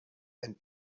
and